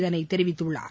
இதனை தெரிவிக்குள்ளார்